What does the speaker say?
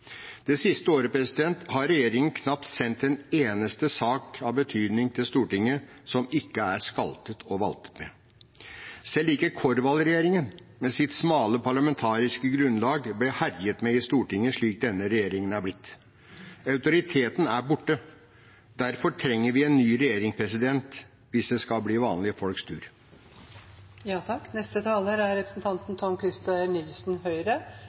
Det siste året har regjeringen knapt sendt en eneste sak av betydning til Stortinget som ikke er skaltet og valtet med. Selv ikke Korvald-regjeringen med sitt smale parlamentariske grunnlag ble herjet med i Stortinget slik denne regjeringen har blitt. Autoriteten er borte. Derfor trenger vi en ny regjering hvis det skal bli vanlige